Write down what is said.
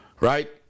right